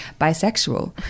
Bisexual